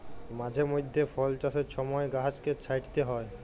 মাঝে মইধ্যে ফল চাষের ছময় গাহাচকে ছাঁইটতে হ্যয়